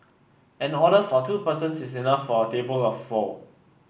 an order for two persons is enough for a table of four